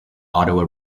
ottawa